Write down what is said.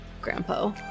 grandpa